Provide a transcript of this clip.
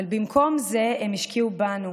אבל במקום זה הם השקיעו בנו,